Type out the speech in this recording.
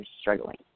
struggling